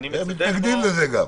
הם גם מתנגדים לזה.